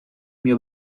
mio